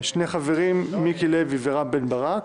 שני חברים: מיקי לוי ורם בן ברק,